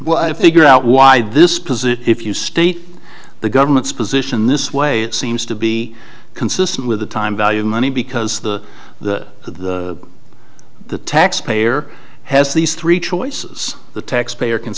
well i figure out why this position if you state the government's position this way it seems to be consistent with the time value of money because the the the the taxpayer has these three choices the taxpayer can